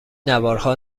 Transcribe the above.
نوارها